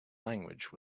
language